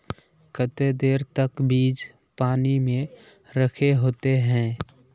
केते देर तक बीज पानी में रखे होते हैं?